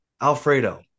Alfredo